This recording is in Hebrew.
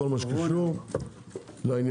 כל מה שקשור לעניין.